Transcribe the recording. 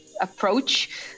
approach